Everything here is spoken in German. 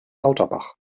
lauterbach